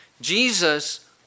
Jesus